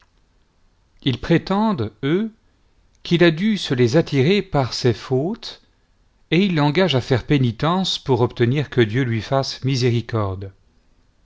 ils prétendent eux qu'il a dû se les attirer par ses fautes et ils l'engagent à faire pénitence pour obtenir que dieu lui fasse miséricorde